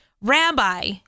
Rabbi